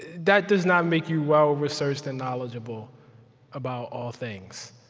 that does not make you well-researched and knowledgeable about all things.